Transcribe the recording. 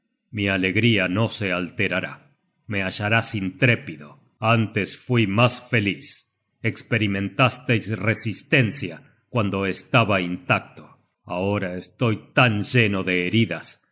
mi alegría no se alterará me hallarás intrépido antes fui mas feliz esperimentásteis resistencia cuando estaba intacto ahora estoy tan lleno de heridas